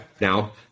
now